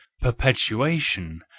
perpetuation